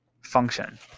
function